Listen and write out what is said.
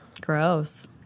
Gross